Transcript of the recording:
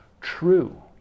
true